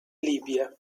libia